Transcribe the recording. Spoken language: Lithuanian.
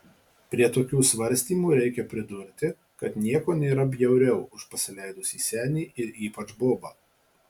prie tokių svarstymų reikia pridurti kad nieko nėra bjauriau už pasileidusį senį ir ypač bobą